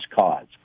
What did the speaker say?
cause